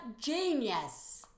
genius